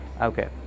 Okay